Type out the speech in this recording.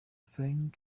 thing